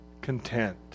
content